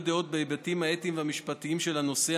דעות בהיבטים האתיים והמשפטים של הנושא,